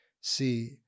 see